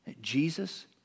Jesus